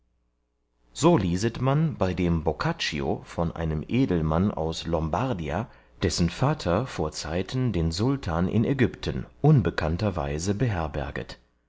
so lieset man bei dem boccaccio von einem edelmann aus lombardia dessen vatter vorzeiten den sultan in ägypten unbekannterweise beherberget